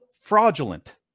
fraudulent